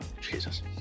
Jesus